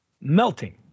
melting